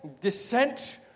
dissent